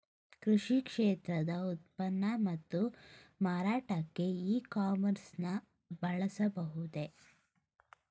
ಕೃಷಿ ಕ್ಷೇತ್ರದ ಉತ್ಪನ್ನ ಮತ್ತು ಮಾರಾಟಕ್ಕೆ ಇ ಕಾಮರ್ಸ್ ನ ಬಳಸಬಹುದೇ?